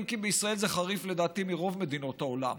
אם כי בישראל זה חריף לדעתי מברוב מדינות העולם,